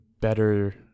better